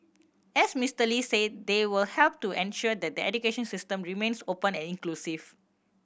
as Mister Lee said they will help to ensure that the education system remains open and inclusive